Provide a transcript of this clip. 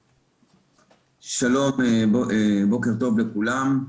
שלום, בוקר טוב לכולם.